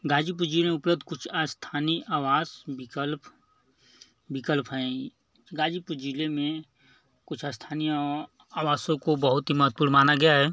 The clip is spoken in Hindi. गाजीपुर ज़िले में उपलब्ध कुछ स्थानीय आवास विकल्प विकल्प हैं गाजीपुर ज़िले में कुछ स्थानीय आवासों को बहुत ही महत्वपूर्ण माना गया है